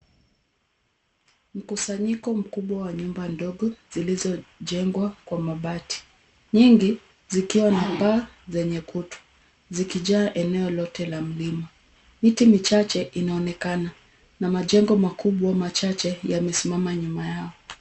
Mkusanyiko mkubwa wa nyumba ndogo zilizojengwa kwa mabati, nyingi zikiwa na paa zenye kutu, zikijaa eneo lote la mlima. Miti michache inaonekana na majengo makubwa machache yamesimama nyuma yao.